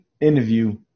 interview